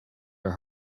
are